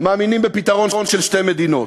מאמינים בפתרון של שתי מדינות.